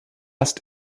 ist